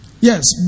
Yes